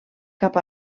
cap